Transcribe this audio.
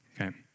Okay